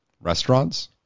Restaurants